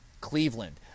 cleveland